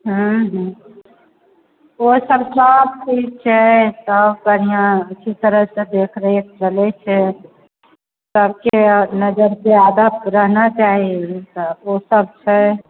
हूँ हूँ ओ सभ सभटा ठीक छै सब बढ़िआँ किसी तरहसे देखरेख चलै छै सभके नजरके अदब रहना चाही ओ सभ छै